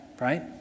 right